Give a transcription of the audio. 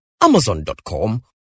amazon.com